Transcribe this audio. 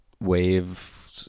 wave